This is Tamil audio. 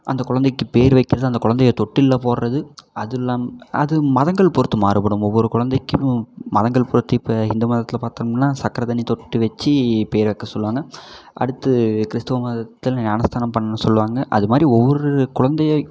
அந்த குழந்தைக்கு பேர் வைக்கிறது அந்த குழந்தைய தொட்டிலில் போடுறது அதெல்லாம் அது மதங்கள் பொருத்து மாறுபடும் ஒவ்வொரு குழந்தைக்கும் மதங்கள் பொருத்து இப்போ ஹிந்து மதத்தில் பார்த்தோம்னா சக்கரை தண்ணி தொட்டு வெச்சு பேர் வெக்க சொல்லுவாங்க அடுத்து கிறிஸ்துவ மதத்தில் ஞானஸ்தானம் பண்ணணும்னு சொல்லுவாங்க அது மாதிரி ஒவ்வொரு குழந்தையை